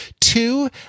two